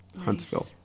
Huntsville